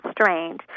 strange